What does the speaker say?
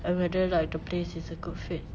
and whether like the place is a good fit